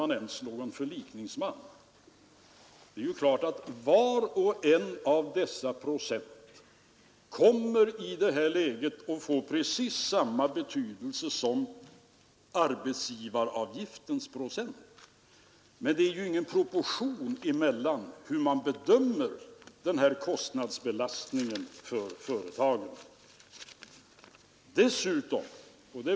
Jag vill säga några ord också om den så mycket omdiskuterade folkpensionsåldern. Här ställde ju herr Fälldin frågan: Vill socialdemokraterna vara med om att sänka pensionsåldern till 65 år?